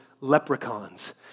leprechauns